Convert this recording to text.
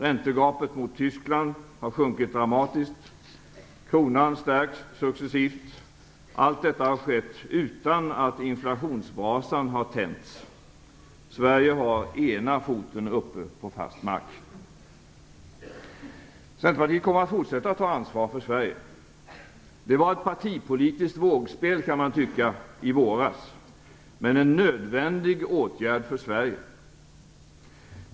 Räntegapet mot Tyskland har sjunkit dramatiskt. Kronan stärks successivt. Allt detta har skett utan att inflationsbrasan har tänts. Sverige har ena foten uppe på fast mark. Centerpartiet kommer att fortsätta att ta ansvar för Sverige. Det var ett partipolitiskt vågspel i våras men en nödvändig åtgärd för Sverige.